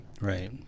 Right